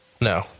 No